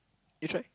you try